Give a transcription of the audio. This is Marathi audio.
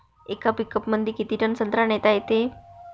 येका पिकअपमंदी किती टन संत्रा नेता येते?